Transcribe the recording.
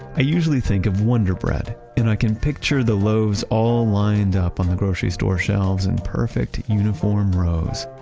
i usually think of wonder bread, and i can picture the loaves all lined up on the grocery store shelves in perfect uniform rows.